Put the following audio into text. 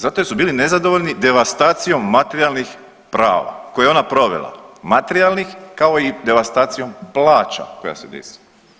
Zato jer su bili nezadovoljni devastacijom materijalnih prava koje je ona provela, materijalnih, kao i devastacijom plaća koja se desila.